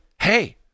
hey